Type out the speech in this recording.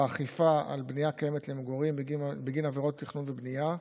באכיפה על בנייה קיימת למגורים בגין עבירות תכנון ובנייה.